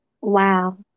Wow